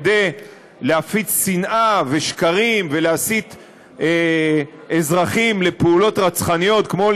כדי להפיץ שנאה ושקרים ולהסית אזרחים לפעולות רצחניות כמו,